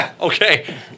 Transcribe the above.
Okay